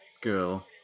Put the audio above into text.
girl